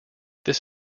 this